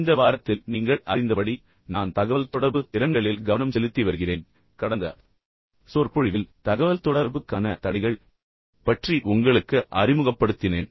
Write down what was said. இந்த வாரத்தில் நீங்கள் அறிந்தபடி நான் தகவல்தொடர்பு திறன்களில் கவனம் செலுத்தி வருகிறேன் கடந்த சொற்பொழிவில் தகவல்தொடர்புக்கான தடைகள் பற்றி உங்களுக்கு அறிமுகப்படுத்த ஆரம்பித்தேன்